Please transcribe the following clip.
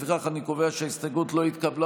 לפיכך אני קובע שההסתייגות לא התקבלה,